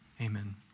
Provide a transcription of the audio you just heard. Amen